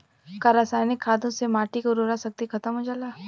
का रसायनिक खादों से माटी क उर्वरा शक्ति खतम हो जाला?